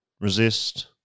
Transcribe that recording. resist